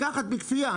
לקחת בכפייה,